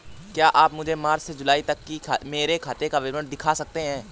क्या आप मुझे मार्च से जूलाई तक की मेरे खाता का विवरण दिखा सकते हैं?